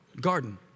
garden